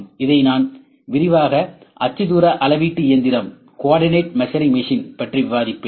இதை நான் விரிவாக அச்சுத்தூர அளவீட்டு இயந்திரம் பற்றி விவாதிப்பேன்